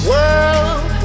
World